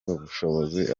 ubushobozi